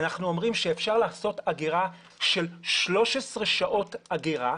אנחנו אומרים שאפשר לעשות אגירה של 13 שעות אגירה,